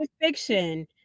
fiction